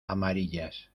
amarillas